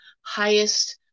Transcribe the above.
highest